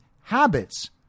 habits